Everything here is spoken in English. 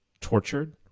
tortured